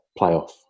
playoff